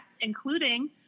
including